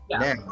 now